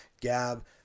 Gab